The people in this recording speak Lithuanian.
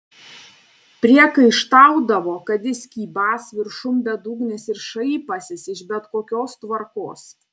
priekaištaudavo kad jis kybąs viršum bedugnės ir šaipąsis iš bet kokios tvarkos